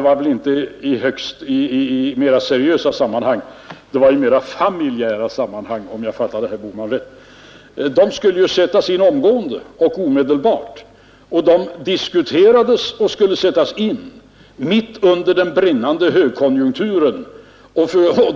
var väl inte i mera seriösa sammanhang, det var i mera familjära sammanhang som det ”jättebra” fanns med om jag fattade herr Bohman rätt — skulle sättas in omgående och omedelbart. De diskuterades och skulle sättas in mitt under brinnande högkonjunktur.